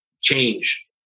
change